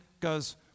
goes